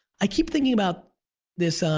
i keep thinking about this,